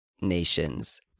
nations